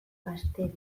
gaztedi